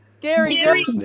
Gary